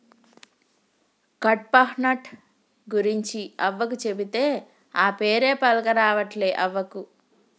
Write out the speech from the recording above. కడ్పాహ్నట్ గురించి అవ్వకు చెబితే, ఆ పేరే పల్కరావట్లే అవ్వకు